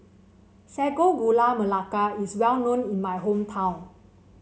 Sago Gula Melaka is well known in my hometown